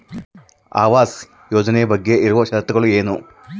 ಆವಾಸ್ ಯೋಜನೆ ಬಗ್ಗೆ ಇರುವ ಶರತ್ತುಗಳು ಏನು?